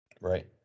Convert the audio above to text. Right